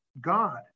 God